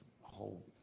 whole